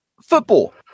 Football